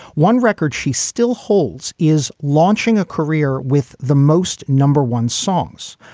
one record she still holds is launching a career with the most number one songs.